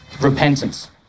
Repentance